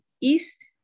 east